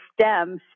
STEMs